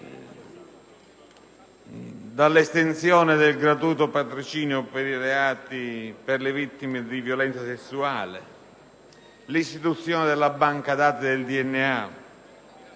l'estensione del gratuito patrocinio per le vittime di violenza sessuale, l'istituzione della banca dati del DNA,